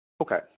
Okay